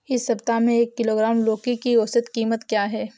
इस सप्ताह में एक किलोग्राम लौकी की औसत कीमत क्या है?